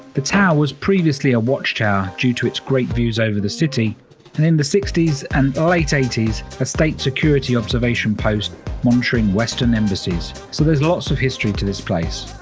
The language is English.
the tower was previously a watch tower due to its great views over the city i mean sixty s and late eighty s a state security observation post monitoring western embassies. so there's lots of history to this place!